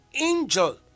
angel